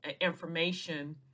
information